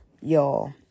y'all